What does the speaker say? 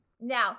now